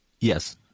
Yes